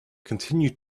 continued